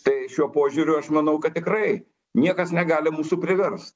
tai šiuo požiūriu aš manau kad tikrai niekas negali mūsų privers